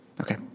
Okay